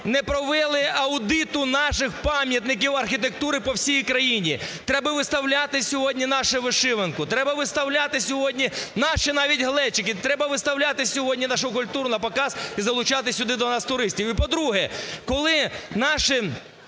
не провели аудиту наших пам'ятників архітектури по всій країні. Треба виставляти сьогодні нашу вишиванку, треба виставляти сьогодні наші навіть глечики, треба виставляти сьогодні нашу культуру на показ і залучати сюди до нас туристів. І по-друге, коли наші